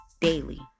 daily